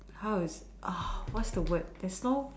how is it what's the word there's no